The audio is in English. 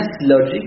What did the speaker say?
logic